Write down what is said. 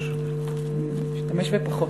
אני אשתמש בפחות.